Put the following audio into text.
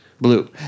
Blue